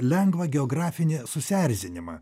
lengvą geografinį susierzinimą